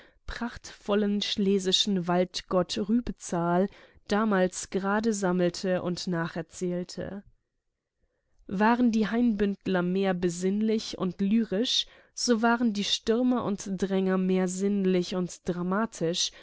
grobschlächtigen schlesischen waldgott rübezahl damals grade sammelte und nacherzählte waren die hainbündler mehr besinnlich und lyrisch so waren die stürmer und dränger mehr sinnlich und dramatisch